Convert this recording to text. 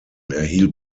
erhielt